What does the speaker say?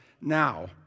now